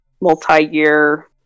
multi-year